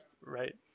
Right